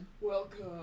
welcome